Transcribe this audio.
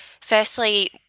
Firstly